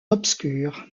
obscure